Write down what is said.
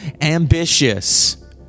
ambitious